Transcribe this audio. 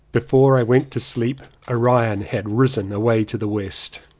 before i went to sleep orion had risen away to the west.